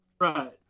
right